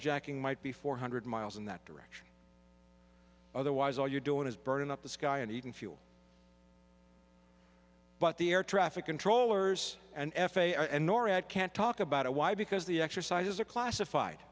jacking might be four hundred miles in that direction otherwise all you're doing is burning up the sky and heating fuel but the air traffic controllers and f a a and norad can't talk about why because the exercises are classified